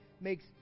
makes